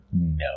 No